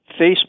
Facebook